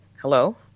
hello